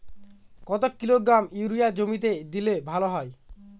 কত kilogram urea জমিতে দিলে ভালো হয়?